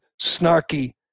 snarky